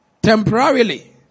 temporarily